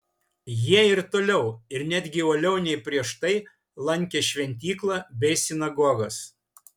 jie ir toliau ir netgi uoliau nei prieš tai lankė šventyklą bei sinagogas